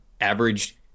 averaged